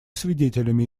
свидетелями